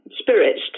spirits